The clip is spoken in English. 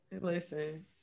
listen